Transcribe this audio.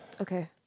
okay